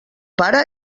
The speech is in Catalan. pare